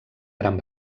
gran